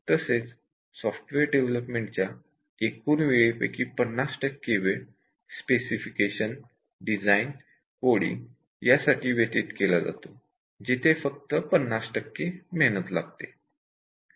तसेच software development च्या एकूण वेळेपैकी 90 टक्के वेळ स्पेसिफिकेशन डिझाईन कोडींग यासाठी व्यतित केला जातो जिथे फक्त 50 टक्के मेहनत लागते